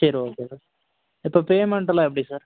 சரி okay sir இப்போ பேமெண்ட்டலாம் எப்படி சார்